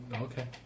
Okay